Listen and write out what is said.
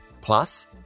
Plus